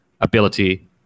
ability